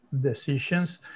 decisions